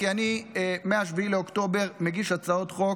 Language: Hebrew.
כי מ-7 באוקטובר אני מגיש הצעות חוק